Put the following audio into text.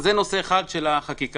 זה נושא אחד של החקיקה.